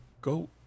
go